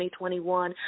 2021